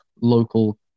local